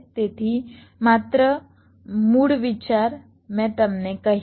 તેથી માત્ર મૂળ વિચાર મેં તમને કહ્યું